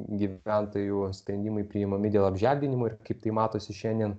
gyventojų sprendimai priimami dėl apželdinimo ir kaip tai matosi šiandien